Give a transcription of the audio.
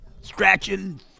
scratching